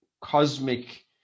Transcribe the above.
cosmic